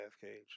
cage